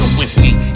whiskey